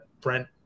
Brent